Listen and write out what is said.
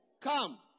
come